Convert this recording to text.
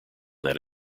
that